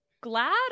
glad